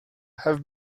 have